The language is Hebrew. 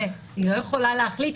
היא לא יכולה להחליט,